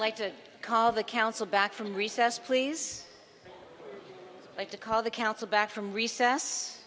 like to call the council back from recess please like to call the council back from recess